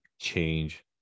change